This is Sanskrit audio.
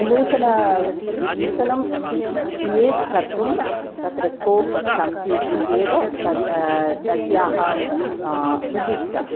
नूतनं नूतनं क्रियेट् कर्तुं तत्र स्कोप् सन्ति इत्येव तस्याः वौशिष्टः